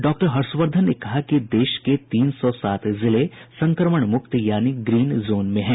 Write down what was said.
doctor Harshvardhan ने कहा कि देश के तीन सौ सात जिले संक्रमण मुवत यानी ग्रीन जोन में हैं